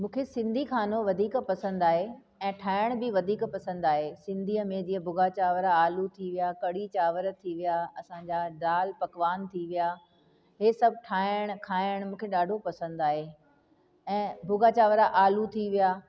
मूंखे सिंधी खानो वधीक पसंदि आहे ऐं ठाहिणु बि वधीक पसंदि आहे सिंधीअ में जीअं भुॻा चांवर आलू थी विया कढ़ी चावर थी विया असां जा दाल पकवान थी विया हीउ सभु ठाहिणु खाइणु मूंखे ॾाढो पसंदि आहे ऐं भुॻा चांवर आलू थी विया